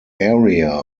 area